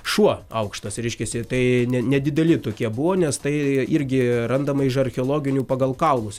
šuo aukštas reiškiasi tai ne nedideli tokie buvo nes tai irgi randama iž archeologinių pagal kaulus